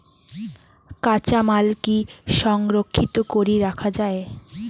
কাঁচামাল কি সংরক্ষিত করি রাখা যায়?